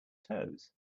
toes